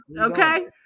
okay